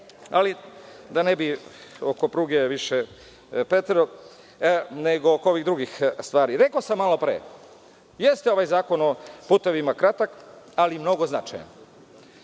sat. Da ne bi oko pruge više preterao, nego oko ovih drugih stvari. Rekao sam malo pre, jeste ovaj Zakon o putevima kratak, ali mnogo značajan.